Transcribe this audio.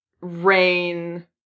Rain